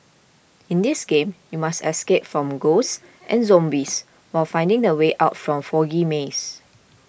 in this game you must escape from ghosts and zombies while finding the way out from foggy maze